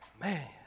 man